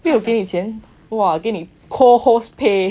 没有给钱 !wah! 给你 co hosts pay